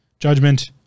Judgment